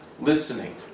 listening